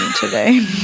today